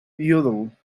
yodel